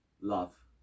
love